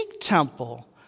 temple